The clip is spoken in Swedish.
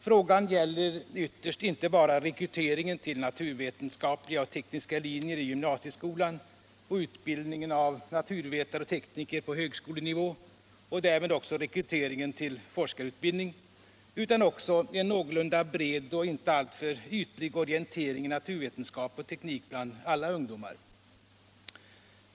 Frågan gäller ytterst inte bara rekryteringen till naturvetenskapliga och tekniska linjer i gymnasieskolan och utbildningen av naturvetare och tekniker på högskolenivå — och därmed också rekryteringen till forskarutbildning — utan också en någorlunda bred och inte alltför ytlig orientering i naturvetenskap och teknik bland alla ungdomar.